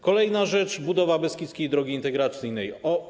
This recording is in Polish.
Kolejna rzecz to budowa Beskidzkiej Drogi Integracyjnej.